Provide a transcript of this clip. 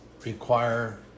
require